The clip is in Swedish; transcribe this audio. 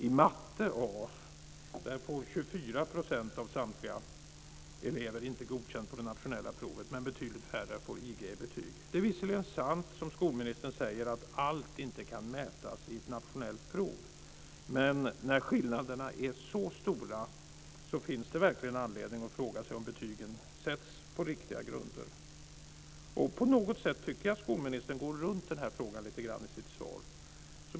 I matte A fick 24 % av samtliga elever inte godkänt på det nationella provet, men betydligt färre fick IG i betyg. Det är visserligen sant som skolministern säger att allt inte kan mätas i ett nationellt prov, men när skillnaderna är så stora finns det verkligen anledning att fråga sig om betygen sätts på riktiga grunder. På något sätt tycker jag att skolministern går runt den här frågan lite grann i sitt svar.